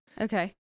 Okay